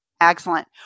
Excellent